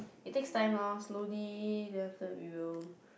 it takes time lor slowly then after that we will